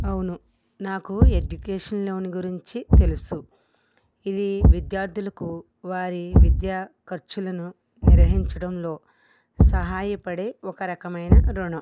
అవును నాకు education loan గురించి తెలుసు ఇది విద్యార్థులకు వారి విద్యా ఖర్చులను నిర్వహించడంలో సహాయపడే ఒక రకమైన రుణం